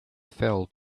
fell